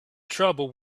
trouble